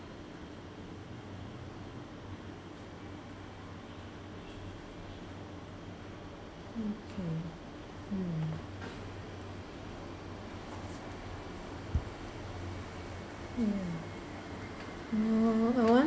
okay mm mm uh I want